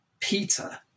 Peter